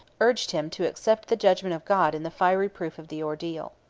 urged him to accept the judgment of god in the fiery proof of the ordeal.